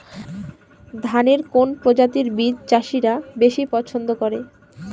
ধানের কোন প্রজাতির বীজ চাষীরা বেশি পচ্ছন্দ করে?